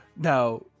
Now